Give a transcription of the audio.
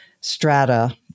strata